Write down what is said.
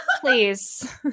Please